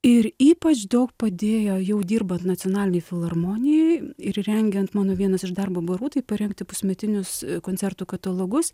ir ypač daug padėjo jau dirbant nacionalinėj filharmonijoj ir rengiant mano vienas iš darbo barų tai parengti pusmetinius koncertų katalogus